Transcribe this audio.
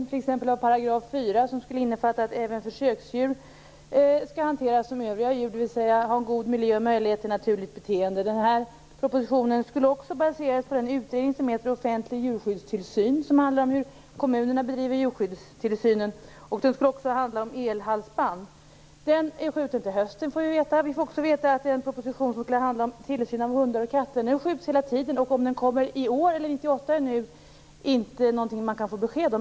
Exempelvis skulle § 4 innefatta att även försöksdjur skall hanteras som övriga djur, dvs. ha en god miljö och möjlighet till naturligt beteende. Propositionen skulle baseras på en utredning som heter Offentlig djurskyddstillsyn och handlar om hur kommunerna bedriver djurskyddstillsyn, och den skulle också handla om elhalsband. Nu är den skjuten till hösten, får vi veta. Den proposition som skulle handla om tillsyn av hundar och katter skjuts också upp hela tiden. Om den kommer i år eller 1998 kan man inte få besked om.